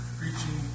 preaching